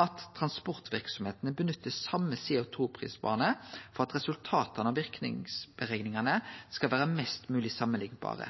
at transportverksemdene nytter same CO 2 -prisbane for at resultata av verknadsberekningane skal vere mest mogleg samanliknbare.